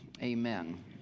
amen